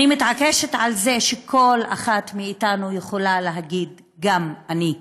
אני מתעקשת על זה שכל אחת מאיתנו יכולה להגיד: גם אני.